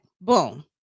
Boom